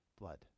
blood